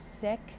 sick